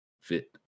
fit